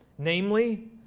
Namely